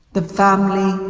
the family